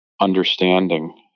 understanding